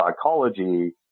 psychology